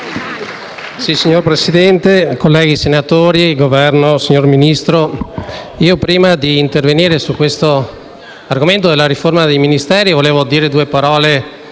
Signor Presidente, colleghi senatori, Governo, signor Ministro, prima di intervenire sull'argomento della riforma dei Ministeri vorrei dire due parole